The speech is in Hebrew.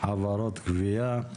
(חברות גבייה),